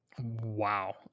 Wow